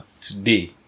today